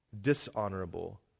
dishonorable